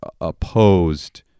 opposed